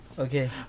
Okay